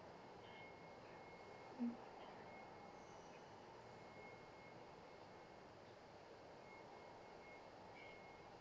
mm